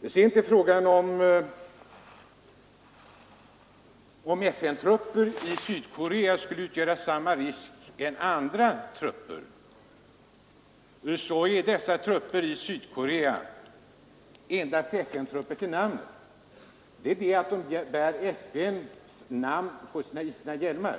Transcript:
Vad gäller frågan huruvida FN-trupper i Sydkorea skulle utgöra samma risk som andra trupper, så vill jag framhålla att trupperna i Sydkorea är FN-trupper endast till namnet. De bär FN-märket på sina hjälmar,